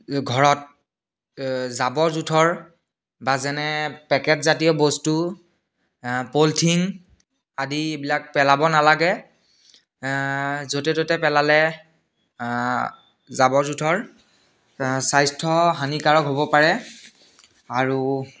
ঘৰত জাবৰ জোঁথৰ বা যেনে পেকেটজাতীয় বস্তু পলিথিন আদিবিলাক পেলাব নালাগে য'তে ত'তে পেলালে জাবৰ জোঁথৰ স্বাস্থ্য হানিকাৰক হ'ব পাৰে আৰু